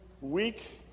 week